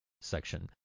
section